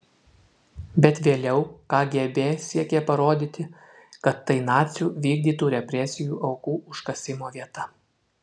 bet vėliau kgb siekė parodyti kad tai nacių vykdytų represijų aukų užkasimo vieta